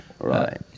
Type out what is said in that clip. right